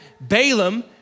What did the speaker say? Balaam